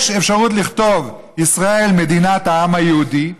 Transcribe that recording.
יש אפשרות לכתוב: ישראל מדינת העם היהודי,